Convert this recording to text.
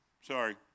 sorry